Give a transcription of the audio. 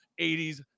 80s